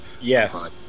Yes